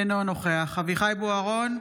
אינו נוכח אביחי אברהם בוארון,